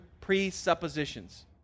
presuppositions